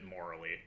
morally